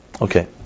Okay